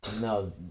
No